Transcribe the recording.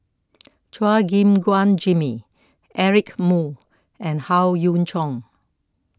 Chua Gim Guan Jimmy Eric Moo and Howe Yoon Chong